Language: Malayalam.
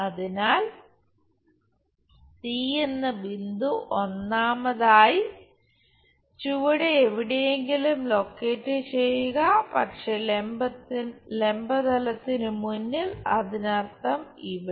അതിനാൽ സി എന്ന ബിന്ദു ഒന്നാമതായി ചുവടെ എവിടെയെങ്കിലും ലൊക്കേറ്റ് ചെയ്യുക പക്ഷേ ലംബ തലത്തിന് മുന്നിൽ അതിനർത്ഥം ഇവിടെ